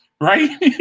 right